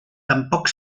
tampoc